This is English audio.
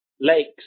lakes